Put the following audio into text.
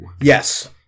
Yes